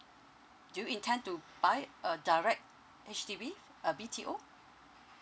do you intend to buy a direct H_D_B a B_T_O